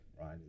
Right